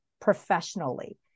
professionally